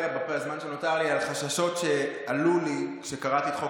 בזמן שנותר לי רציתי לדבר על חששות שעלו לי כשקראתי את חוק